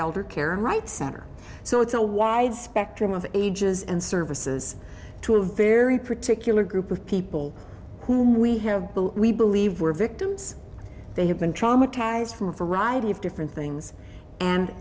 elder care right center so it's a wide spectrum of ages and services to a very particular group of people whom we have bill we believe were victims they have been traumatized from a variety of different things and